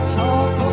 talk